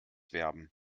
werben